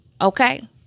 okay